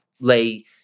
lay